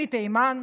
מתימן,